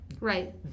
right